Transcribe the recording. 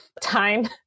time